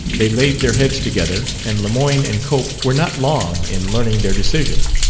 they laid their heads together and lemoyne and cope were not long in learning their decision.